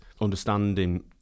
understanding